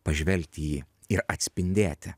pažvelgt į jį ir atspindėti